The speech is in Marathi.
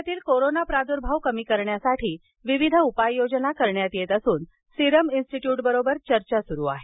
राज्यातील कोरोना प्रादुर्भाव कमी करण्यासाठी विविध उपाययोजना करण्यात येत असून सिरम इंस्तीट्युटबरोबरही चर्चा सुरु आहे